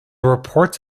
reports